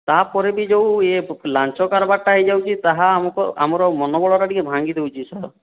ତା'ପରେ ବି ଯେଉଁ ଏ ଲାଞ୍ଚ କାରବାରଟା ହୋଇଯାଉଛି ତାହା ଆମକୁ ଆମର ମନୋବଳଟା ଟିକେ ଭାଙ୍ଗିଦେଉଛି ସାର୍